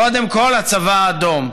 קודם כול הצבא האדום.